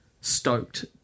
stoked